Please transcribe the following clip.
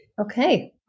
Okay